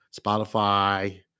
Spotify